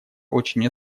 очень